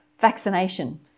vaccination